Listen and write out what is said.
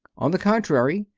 on the contrary,